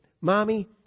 Mommy